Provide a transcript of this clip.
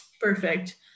perfect